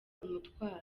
umutwaro